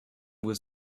was